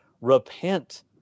repent